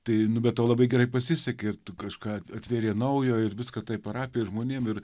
tai nu be to labai gerai pasisekė ir tu kažką atveria naujo ir viską taip parapijos žmonėms ir